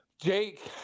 Jake